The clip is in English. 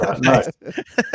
nice